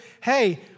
hey